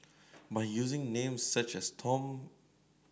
by using names such as Tom